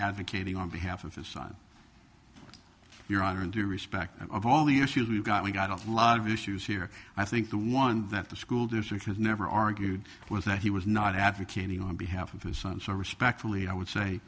advocating on behalf of his son your honor and the respect of all the issues we've got we got a lot of issues here i think the one that the school district has never argued was that he was not advocating on behalf of his son so respectfully i would say